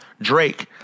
Drake